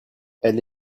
elle